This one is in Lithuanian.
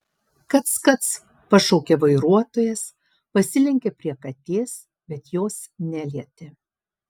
kac kac pašaukė vairuotojas pasilenkė prie katės bet jos nelietė